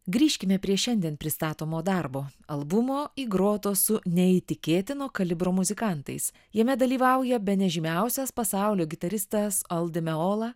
grįžkime prie šiandien pristatomo darbo albumo įgroto su neįtikėtino kalibro muzikantais jame dalyvauja bene žymiausias pasaulio gitaristas al di meola